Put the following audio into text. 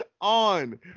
on